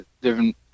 different